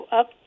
up